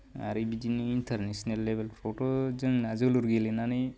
आरो बिदिनो इन्टारनेसनेल लेबेलफ्रावथ' जोंना जोलुर गेलेनानै